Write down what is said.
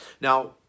Now